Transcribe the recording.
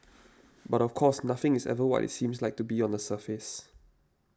but of course nothing is ever what it seems like to be on the surface